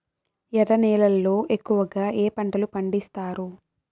ఎర్ర నేలల్లో ఎక్కువగా ఏ పంటలు పండిస్తారు